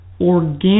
organic